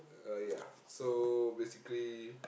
uh ya so basically